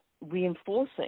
reinforcing